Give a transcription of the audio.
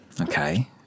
okay